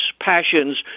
passions